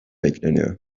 bekleniyor